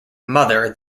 mother